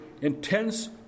intense